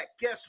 guess